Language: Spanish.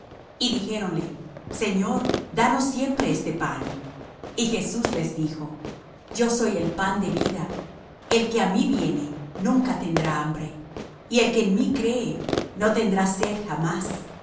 y dijéronle señor danos siempre este pan y jesús les dijo yo soy el pan de vida el que á mí viene nunca tendrá hambre y el que en mí cree no tendrá sed jamás